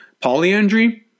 Polyandry